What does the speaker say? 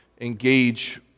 engage